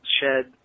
shed